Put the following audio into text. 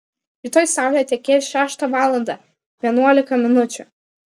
rytoj saulė tekės šeštą valandą vienuolika minučių